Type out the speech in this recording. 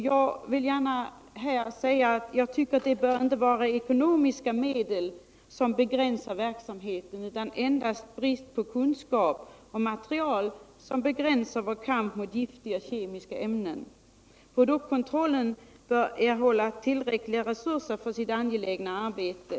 Jag tycker att ekonomiska faktorer inte bör få begränsa verksamheten utan att endast brist på kunskap och material skall kunna begränsa vår kamp mot giftiga kemiska ämnen. Produktkontrollen bör erhålla tillräckliga resurser för sitt angelägna arbete.